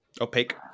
Opaque